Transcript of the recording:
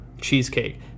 cheesecake